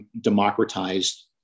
democratized